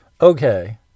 Okay